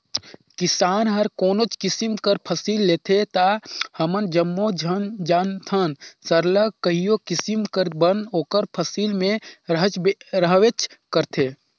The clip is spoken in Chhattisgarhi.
किसान हर कोनोच किसिम कर फसिल लेथे ता हमन जम्मो झन जानथन सरलग कइयो किसिम कर बन ओकर फसिल में रहबेच करथे